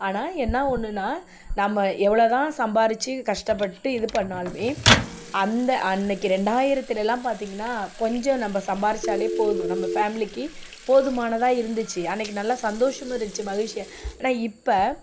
ஆனால் என்ன ஒன்றுன்னா நம்ம எவ்வளோதான் சம்பாதிச்சு கஷ்டப்பட்டு இது பண்ணாலும் அந்த அன்னைக்கு ரெண்டாயிரத்திலலாம் பார்த்திங்கனா கொஞ்சம் நம்ம சம்பாதிச்சாலே போதும் நம்ம ஃபேமிலிக்கு போதுமானதாக இருந்துச்சு அன்னைக்கு நல்லா சந்தோஷமும் இருந்துச்சு மகிழ்ச்சியும் இருந்துச்சு ஆனால் இப்போ